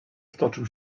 wtoczył